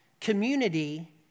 community